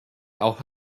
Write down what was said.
auch